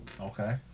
okay